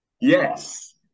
Yes